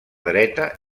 dreta